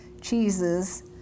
cheeses